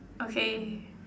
okay